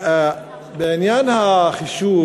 בעניין החישוב,